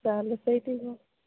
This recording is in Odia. ତାହେଲେ ସେଇଠିକୁ